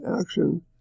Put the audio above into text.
action